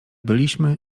byliśmy